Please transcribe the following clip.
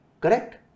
correct